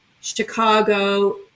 chicago